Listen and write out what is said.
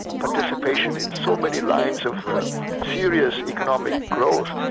participation in so many lines of serious economic growth,